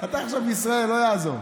אתה עכשיו מישראל, לא יעזור.